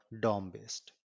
DOM-based